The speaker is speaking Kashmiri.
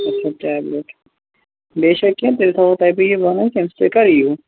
اچھا ٹیبلِٹ بیٚیہِ چھا کیٚنٛہہ تیٚلہِ تھاوہو تۅہہِ بہٕ یہِ بَناوِتھ تُہۍ کَرِ یِیِو